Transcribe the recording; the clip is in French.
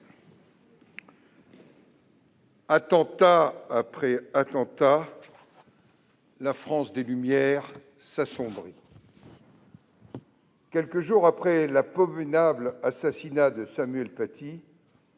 attentat après attentat, la France des Lumières s'assombrit. Quelques jours après l'abominable assassinat de Samuel Paty,